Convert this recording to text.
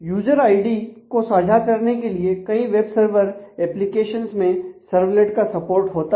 user ID बहुत लोकप्रिय है